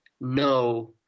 no